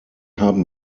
haben